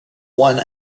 one